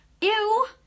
Ew